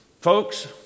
Folks